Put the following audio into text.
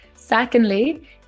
Secondly